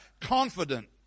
confident